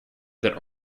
that